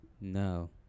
No